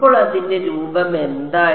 അപ്പോൾ ഇതിന്റെ രൂപം എന്തായിരുന്നു